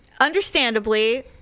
understandably